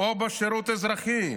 או בשירות אזרחי.